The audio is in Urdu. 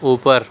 اُوپر